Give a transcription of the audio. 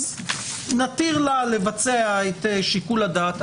נתיר לה לבצע את שיקול הדעת,